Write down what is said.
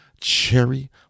cherry